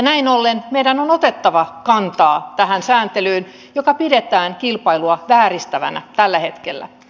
näin ollen meidän on otettava kantaa tähän sääntelyyn jota pidetään kilpailua vääristävänä tällä hetkellä